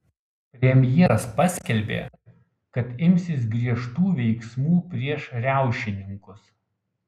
premjeras paskelbė kad imsis griežtų veiksmų prieš riaušininkus